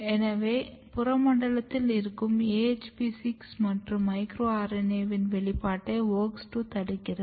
எனவே புறமண்டலத்தில் இருக்கும் AHP 6 மற்றும் மைக்ரோ RNA வின் வெளிப்பாட்டை WOX 2 தடுக்கிறது